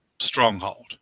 stronghold